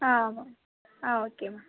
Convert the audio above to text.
ஆ ஆமாம் ஆ okay ma'am